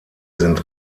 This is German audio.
sind